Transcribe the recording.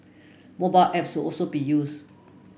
mobile apps will also be used